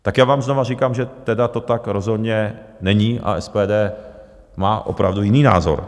Tak já vám znovu říkám, že tedy to tak rozhodně není, a SPD má opravdu jiný názor.